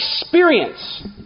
experience